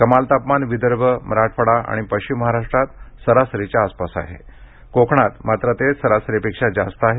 कमाल तापमान विदर्भ मराठवाडा आणि पश्चिम महाराष्ट्रात सरासरीच्या आसपास आहे कोकणात मात्र ते सरासरीपेक्षा जास्त आहे